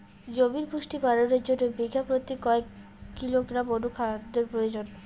জমির পুষ্টি বাড়ানোর জন্য বিঘা প্রতি কয় কিলোগ্রাম অণু খাদ্যের প্রয়োজন?